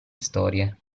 storie